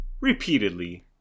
repeatedly